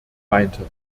meinte